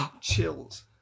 Chills